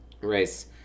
race